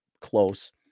close